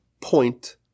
point